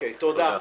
תודה.